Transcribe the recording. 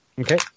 Okay